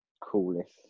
coolest